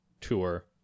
tour